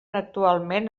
actualment